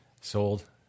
Sold